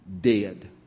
dead